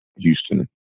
Houston